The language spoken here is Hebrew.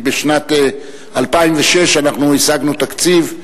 בשנת 2006 השגנו תקציב.